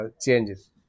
changes